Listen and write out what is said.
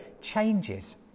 changes